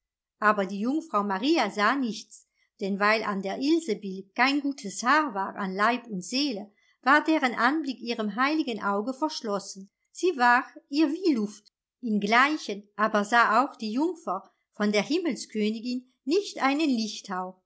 aber die jungfrau maria sah nichts denn weil an der ilsebill kein gutes haar war an leib und seele war deren anblick ihrem heiligen auge verschlossen sie war ihr wie luft ingleichen aber sah auch die jungfer von der himmelskönigin nicht einen lichthauch